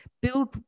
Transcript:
build